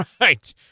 Right